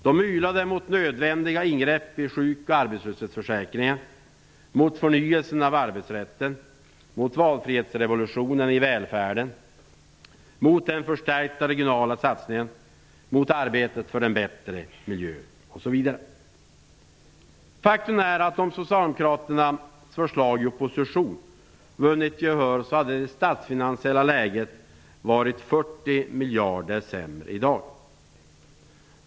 De ylade mot nödvändiga ingrepp i sjukoch arbetslöshetsförsäkringen, mot förnyelsen av arbetsrätten, mot valfrihetsrevolutionen i välfärden, mot den förstärkta regionala satsningen, mot arbetet för en bättre miljö osv. Faktum är att om Socialdemokraternas förslag i opposition vunnit gehör hade det statsfinansiella läget varit 40 miljarder sämre i dag.